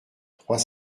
trois